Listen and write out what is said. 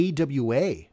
AWA